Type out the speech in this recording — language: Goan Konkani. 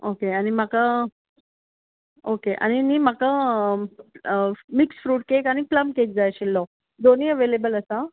ओके आनी म्हाका ओके आनी न्हय म्हाका मिक्स फ्रूट केक आनी प्लम केक जाय आशिल्लो दोनी अवेलेबल आसा